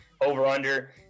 over-under